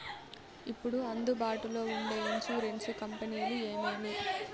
ఇప్పుడు అందుబాటులో ఉండే ఇన్సూరెన్సు కంపెనీలు ఏమేమి?